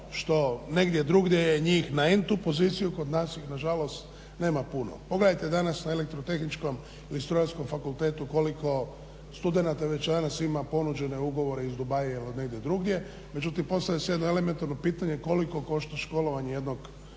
što negdje drugdje je njih na en-tu poziciju kod nas ih nažalost nema puno. Pogledajte danas na Elektrotehničkom ili Strojarskom fakultetu koliko studenata već danas ima ponuđene ugovore iz Dubaia ili od negdje drugdje, međutim postavlja se jedno elementarno pitanje koliko košta školovanje jedno